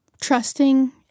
trusting